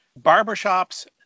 barbershops